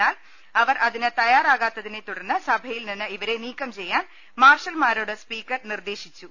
എന്നാൽ അവർ അതിന് തയ്യാറാകാത്ത തിനെ തുടർന്ന് സഭയിൽ നിന്ന് ഇവരെ നീക്കം ചെയ്യാൻ മാർഷൽമാരോട് സ്പീക്കർ നിർദേശിച്ചു